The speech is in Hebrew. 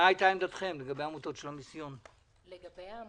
לגבי העמותות של המיסיון ספציפית,